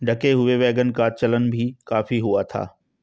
ढके हुए वैगन का चलन भी काफी हुआ था